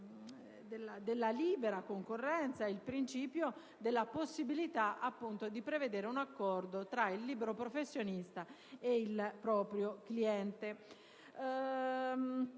della libera concorrenza e della possibilità di prevedere un accordo tra il libero professionista e il proprio cliente.